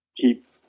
keep